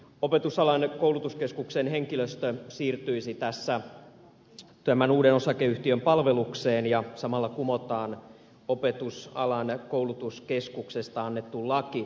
opetusalan koulutuskeskuksen henkilöstö siirtyisi tämän uuden osakeyhtiön palvelukseen ja samalla kumottaisiin opetusalan koulutuskeskuksesta annettu laki